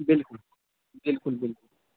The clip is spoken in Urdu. بالکل بالکل بالکل